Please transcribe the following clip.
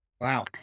Wow